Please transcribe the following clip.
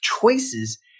choices